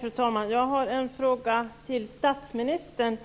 Fru talman! Jag har en fråga till statsministern,